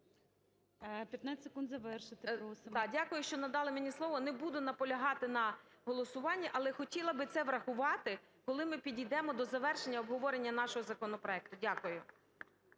БІЛОЗІР О.В. Дякую, що надали мені слово. Не буду наполягати на голосуванні, але хотіла би це врахувати, коли ми підійдемо до завершення обговорення нашого законопроекту. Дякую.